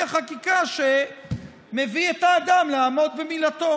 החקיקה שמביאים את האדם לעמוד במילתו.